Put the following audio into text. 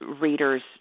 readers